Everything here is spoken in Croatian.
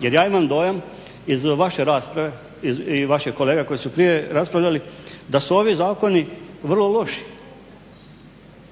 Jer ja imam dojam iz vaše rasprave i vaših kolega koji su prije raspravljali da su ovi zakoni vrlo loši.